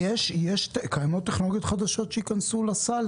קיימות טכנולוגיות חדשות שייכנסו לסל?